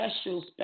special